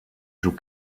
joue